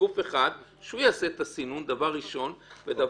גוף אחד שיעשה את הסינון, זה